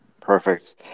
Perfect